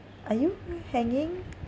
are you hanging